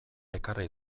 ekarri